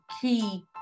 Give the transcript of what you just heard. key